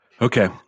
Okay